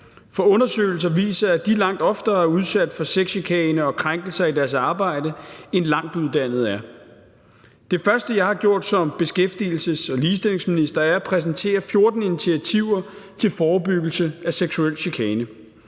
for undersøgelser viser, at de langt oftere er udsat for sexchikane og krænkelser i deres arbejde, end langtuddannede er. Det første, jeg har gjort som beskæftigelses- og ligestillingsminister, er at præsentere 14 initiativer til forebyggelse af seksuel chikane.